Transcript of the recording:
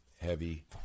heavy